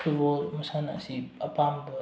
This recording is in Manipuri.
ꯐꯨꯠꯕꯣꯜ ꯃꯁꯥꯟꯅ ꯑꯁꯤ ꯑꯄꯥꯝꯕ